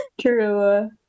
True